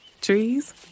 Trees